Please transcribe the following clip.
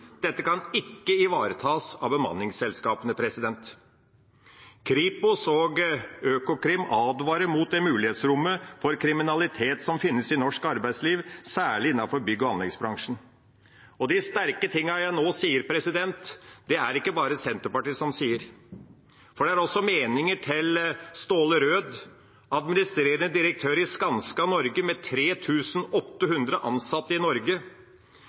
Dette kan ikke ivaretas av bemanningsselskapene. Kripos og Økokrim advarer mot det mulighetsrommet for kriminalitet som finnes i norsk arbeidsliv, særlig innenfor bygg- og anleggsbransjen. De sterke utsagnene jeg nå kommer med, er det ikke bare Senterpartiet som har. Det er også meningene til Ståle Rød, som er administrerende direktør i Skanska Norge, med 3 800 ansatte i Norge.